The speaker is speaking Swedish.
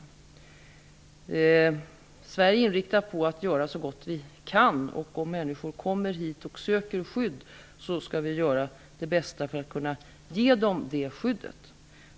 Vi är i Sverige inriktade på att göra så gott vi kan. Om människor kommer hit och söker skydd skall vi göra det bästa för att ge dem det skyddet.